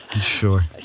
Sure